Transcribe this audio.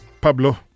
Pablo